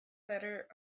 letter